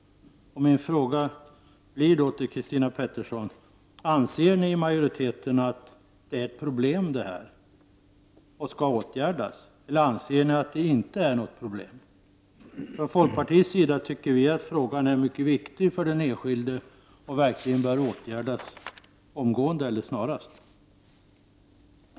Min fråga till Christina Pettersson blir då: Anser majoriteten att detta är ett problem som skall åtgärdas, eller anser ni att det inte är något problem? Från folkpartiets sida tycker vi att frågan är mycket viktigt för den enskilde och bör åtgärdas snarast.